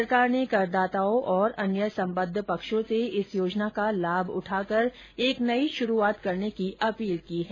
सरकार ने करदाताओं और अन्य सम्बद्ध पक्षों से इस योजना का लाभ उठाकर एक नयी शुरूआत करने की अपील की है